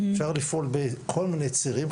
אפשר לפעול בכל מיני צירים,